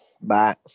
Bye